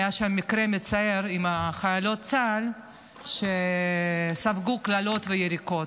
היה שם מקרה מצער של חיילות צה"ל שספגו קללות ויריקות.